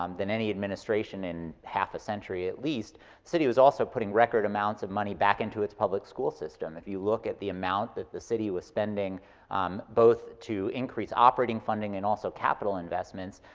um than any administration in half a century at least, the city was also putting record amounts of money back into its public school system. if you look at the amount that the city was spending um both to increase operating funding and also capital investments,